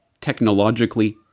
technologically